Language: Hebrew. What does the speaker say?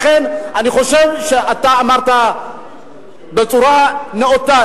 לכן אני חושב שאתה אמרת בצורה נאותה,